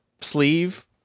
sleeve